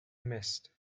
missed